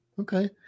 okay